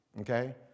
okay